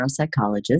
neuropsychologist